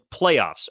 playoffs